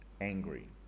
angry